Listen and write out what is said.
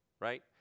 right